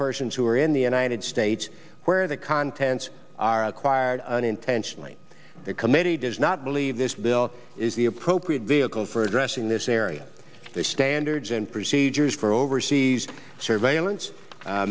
persons who are in the united states where the contents are acquired unintentionally the committee does not believe this bill is the appropriate vehicle for addressing this area their standards and procedures for overseas surveillance